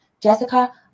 Jessica